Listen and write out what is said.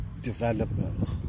development